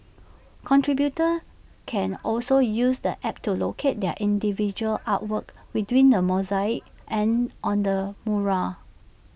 contributors can also use the app to locate their individual artwork within the mosaic and on the mural